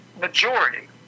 majority—